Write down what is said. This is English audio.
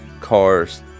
cars